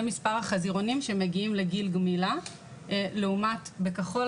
זה מספר החזירונים שמגיעים לגיל גמילה לעומת בכחול,